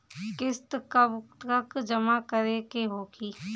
किस्त कब तक जमा करें के होखी?